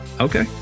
Okay